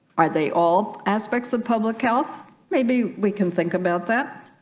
are they all aspects of public health maybe we can think about that